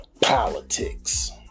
politics